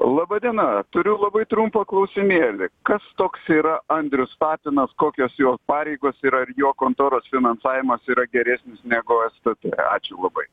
laba diena turiu labai trumpą klausimėlį kas toks yra andrius tapinas kokios jo pareigos ir ar jo kontoros finansavimas yra geresnis negu stt ačiūlabai